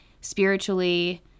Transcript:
spiritually